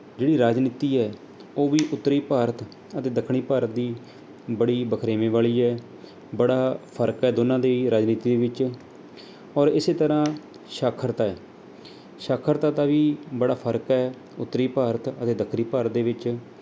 ਜਿਹੜੀ ਰਾਜਨੀਤੀ ਹੈ ਉਹ ਵੀ ਉੱਤਰੀ ਭਾਰਤ ਅਤੇ ਦੱਖਣੀ ਭਾਰਤ ਦੀ ਬੜੀ ਬਖਰੇਵੇਂ ਵਾਲੀ ਹੈ ਬੜਾ ਫਰਕ ਹੈ ਦੋਨਾਂ ਦੀ ਰਾਜਨੀਤੀ ਵਿੱਚ ਔਰ ਇਸੇ ਤਰ੍ਹਾਂ ਸ਼ਾਖਰਤਾ ਹੈ ਸ਼ਾਖਰਤਾ ਦਾ ਵੀ ਬੜਾ ਫਰਕ ਹੈ ਉੱਤਰੀ ਭਾਰਤ ਅਤੇ ਦੱਖਣੀ ਭਾਰਤ ਦੇ ਵਿੱਚ